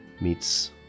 meets